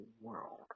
world